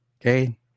Okay